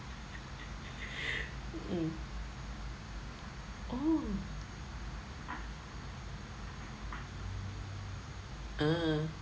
mm oh err